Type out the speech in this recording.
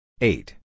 Eight